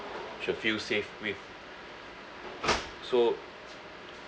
should feel safe with so